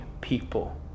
people